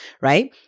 right